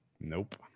Nope